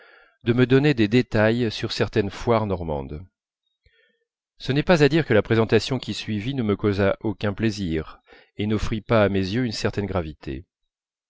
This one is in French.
de me donner des détails sur certaines foires normandes ce n'est pas à dire que la présentation qui suivit ne me causa aucun plaisir et n'offrit pas à mes yeux une certaine gravité